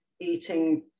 eating